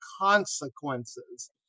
consequences